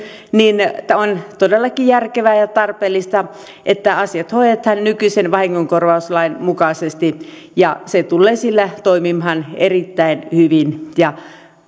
niin on todellakin järkevää ja tarpeellista että asiat hoidetaan nykyisen vahingonkorvauslain mukaisesti se tulee sillä toimimaan erittäin hyvin ja